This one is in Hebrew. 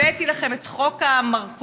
הבאתי לכם את חוק המרכולים,